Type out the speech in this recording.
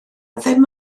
ddim